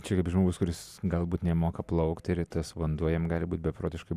čia kaip žmogus kuris galbūt nemoka plaukti ir tas vanduo jam gali būti beprotiškai